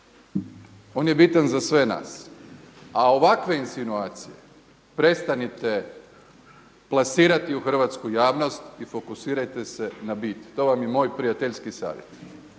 On je bitan za sve nas. A ovakve insinuacije prestanite plasirati u hrvatsku javnost i fokusirajte se na bit. To vam je moj prijateljski savjet.